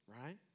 right